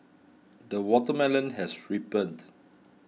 the watermelon has ripened